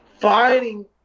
fighting